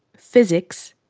physics,